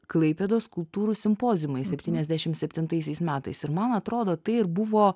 klaipėdos skulptūrų simpoziumai septyniasdešim septintaisiais metais ir man atrodo tai ir buvo